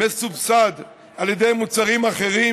מסובסד על ידי מוצרים אחרים,